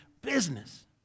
business